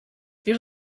wir